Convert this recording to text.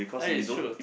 ya it's true